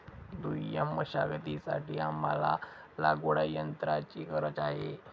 दुय्यम मशागतीसाठी आम्हाला लागवडयंत्राची गरज आहे